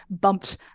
bumped